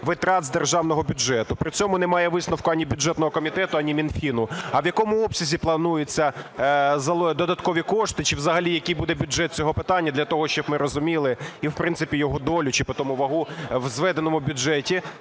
витрат з державного бюджету. При цьому немає висновку ані бюджетного комітету, ані Мінфіну. А в якому обсязі плануються додаткові кошти? Чи взагалі який буде бюджет цього питання, для того щоб ми розуміли і, в принципі, його долю чи питому вагу в зведеному бюджеті